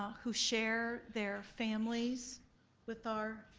um who share their families with our